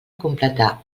completar